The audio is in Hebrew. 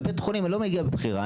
לבתי חולים אני לא מגיע מבחירה.